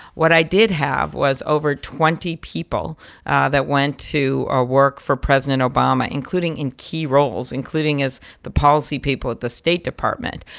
what i did have was over twenty people that went to work for president obama, including in key roles, including as the policy people at the state department.